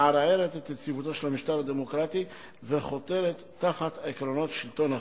מערערת את יציבותו של המשטר הדמוקרטי וחותרת תחת עקרונות שלטון החוק.